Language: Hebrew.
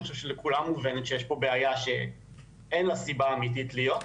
אני חושב שלכולם מובן שיש פה בעיה שאין לה סיבה אמיתית להיות.